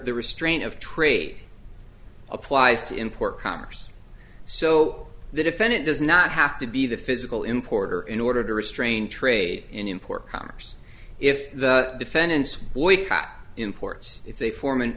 the restraint of trade applies to import commerce so the defendant does not have to be the physical importer in order to restrain trade in port commerce if the defendants boycott imports if they form an